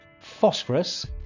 phosphorus